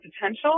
potential